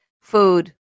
food